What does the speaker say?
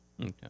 Okay